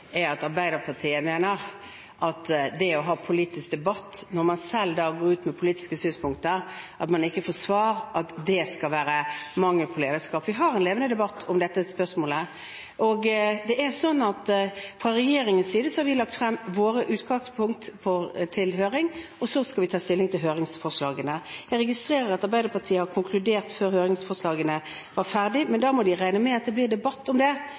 er at Arbeiderpartiet mener at det å ha politisk debatt, når man selv går ut med politiske synspunkter, og man ikke får svar, er mangel på lederskap. Vi har en levende debatt om dette spørsmålet. Fra regjeringens side har vi lagt våre utgangspunkt ut på høring, og så skal vi ta stilling til høringsinnspillene. Jeg registrerer at Arbeiderpartiet har konkludert før høringsfristen er ute, men da må de regne med at det blir debatt om det.